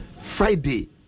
Friday